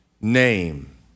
name